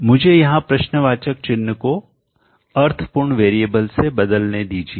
मुझे यहां प्रश्नवाचक चिह्न को अर्थ पूर्ण वेरिएबल से बदलने दीजिए